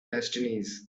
destinies